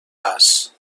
bas